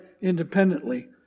independently